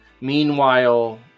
Meanwhile